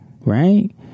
Right